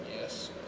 Yes